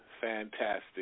Fantastic